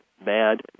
bad